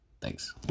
Thanks